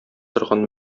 торган